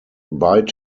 bite